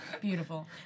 Beautiful